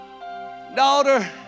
daughter